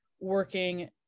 working